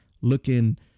looking